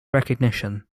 recognition